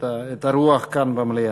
את הרוח כאן במליאה.